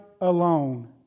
alone